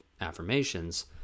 affirmations